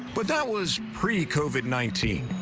but that was precovid nineteen.